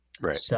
right